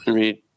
read